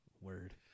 Word